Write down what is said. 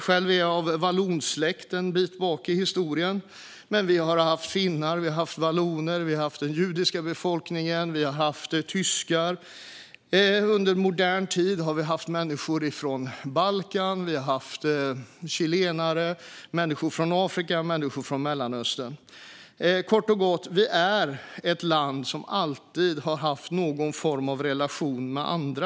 Själv är jag av vallonsläkt en bit bak i historien. Vi har haft finnar och valloner, vi har haft den judiska befolkningen och vi har haft tyskar i Sverige. Under modern tid har vi haft människor från Balkan, chilenare, människor från Afrika och människor från Mellanöstern här. Kort och gott: Sverige är ett land som alltid har haft någon form av relation med andra.